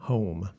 Home